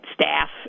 staff